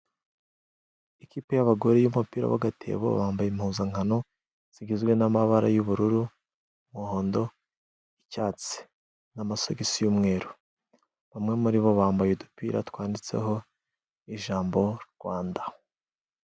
Ikipe y'abagore y'umupira w'agatebo. Bambaye impuzankano zigizwe n'amabara y'ubururu, umuhondo, icyatsi n'amasogisi y'umweru. Bamwe muri bo bambaye udupira twanditseho ijambo Rwanda.